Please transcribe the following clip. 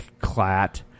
clat